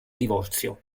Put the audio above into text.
divorzio